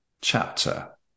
chapter